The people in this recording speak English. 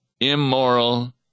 immoral